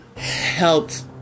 Helped